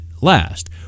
last